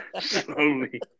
Slowly